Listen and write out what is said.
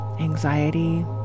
anxiety